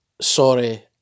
sorry